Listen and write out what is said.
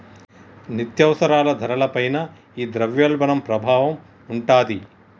నిత్యావసరాల ధరల పైన ఈ ద్రవ్యోల్బణం ప్రభావం ఉంటాది